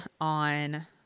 on